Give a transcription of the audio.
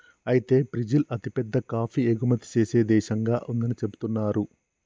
అయితే బ్రిజిల్ అతిపెద్ద కాఫీ ఎగుమతి సేనే దేశంగా ఉందని సెబుతున్నారు